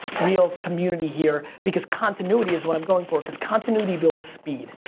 real community here, because continuity is what i'm going for, because continuity builds speed.